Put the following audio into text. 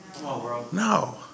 No